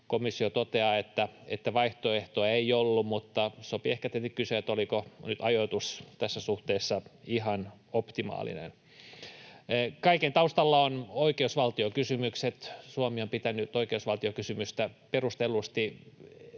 Komissio toteaa, että vaihtoehtoa ei ollut, mutta sopii ehkä tietenkin kysyä, oliko nyt ajoitus tässä suhteessa ihan optimaalinen. Kaiken taustalla ovat oikeusvaltiokysymykset. Suomi on pitänyt oikeusvaltiokysymystä perustellusti